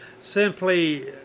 simply